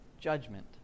judgment